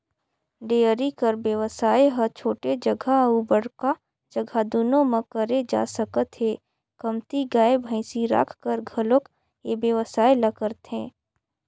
dairy कर बेवसाय ह छोटे जघा अउ बड़का जघा दूनो म करे जा सकत हे, कमती गाय, भइसी राखकर घलोक ए बेवसाय ल करथे